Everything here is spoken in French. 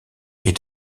est